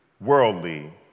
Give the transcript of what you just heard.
worldly